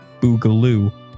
Boogaloo